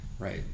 Right